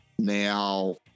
Now